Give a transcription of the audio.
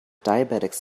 diabetics